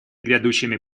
грядущими